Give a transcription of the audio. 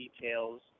details